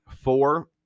Four